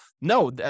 no